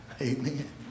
Amen